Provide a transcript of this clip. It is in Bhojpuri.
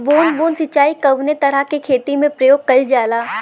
बूंद बूंद सिंचाई कवने तरह के खेती में प्रयोग कइलजाला?